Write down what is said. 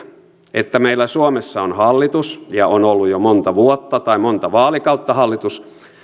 että meillä suomessa on hallitus ja on ollut jo monta vuotta tai monta vaalikautta